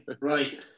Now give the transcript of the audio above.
right